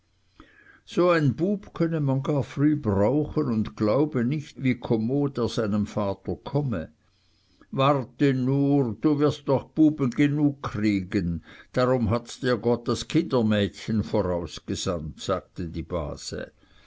so ein bub könne man gar früh brauchen und glaube nicht wie kommod er einem vater komme warte nur du wirst noch buben genug kriegen darum hat dir gott das kindermädchen vorausgesandt sagte die base